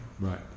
Right